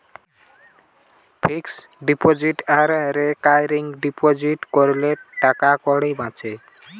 fixed deposit আর recurring deposit কোরলে টাকাকড়ি বাঁচছে